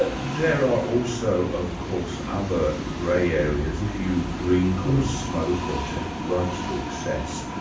ah there are also of course other grey areas. if you drink or smoke or take drugs to excess,